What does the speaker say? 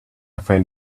friend